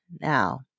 Now